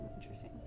Interesting